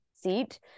seat